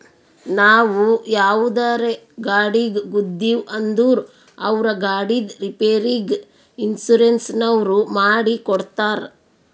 ನಾವು ಯಾವುದರೇ ಗಾಡಿಗ್ ಗುದ್ದಿವ್ ಅಂದುರ್ ಅವ್ರ ಗಾಡಿದ್ ರಿಪೇರಿಗ್ ಇನ್ಸೂರೆನ್ಸನವ್ರು ಮಾಡಿ ಕೊಡ್ತಾರ್